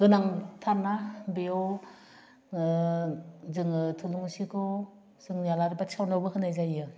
गोनांथारना बेयाव जोङो थुलुंसिखौ जोंनि आलारि बाथि सावनायावबो होनाय जायो